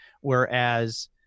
Whereas